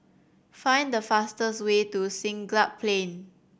find the fastest way to Siglap Plain